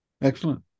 Excellent